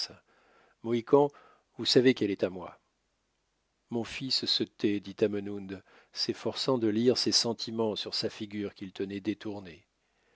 uncas mohican vous savez qu'elle est à moi mon fils se tait dit tamenund s'efforçant de lire ses sentiments sur sa figure qu'il tenait détournée